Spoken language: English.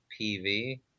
PV